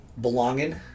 Belonging